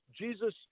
Jesus